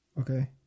Okay